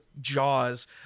jaws